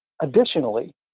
additionally